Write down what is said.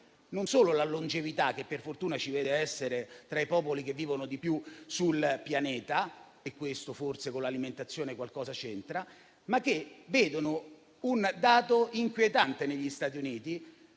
non solo la longevità (che, per fortuna, ci vede tra i popoli che vivono di più sul pianeta e questo forse con l'alimentazione qualcosa c'entra), ma anche un dato inquietante, che vede, negli Stati Uniti,